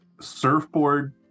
surfboard